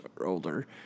older